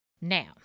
Now